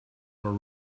are